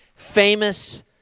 famous